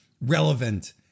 Relevant